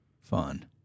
fun